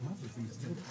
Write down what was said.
אני מסכים.